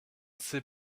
sait